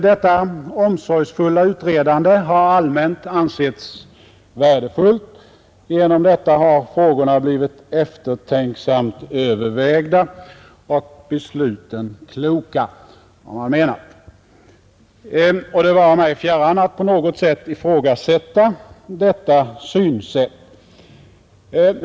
Detta omsorgsfulla utredande har allmänt ansetts värdefullt. Genom detta har frågorna blivit eftertänksamt övervägda och besluten kloka, har man menat. Det vare mig fjärran att på något sätt ifrågasätta detta synsätt.